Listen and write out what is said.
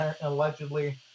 allegedly